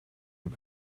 ihm